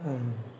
आं